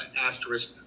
asterisk